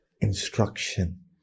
instruction